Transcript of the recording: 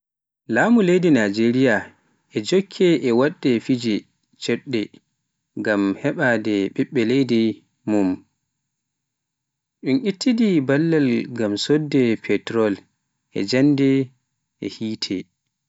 Laamu leydi Naajeeriya e jokki e waɗde peeje caɗtuɗe ngam haɓaade ɓiɓɓe leydi mum en, e ittude ballal ngam soodde petroŋ, jaŋde, e yiite.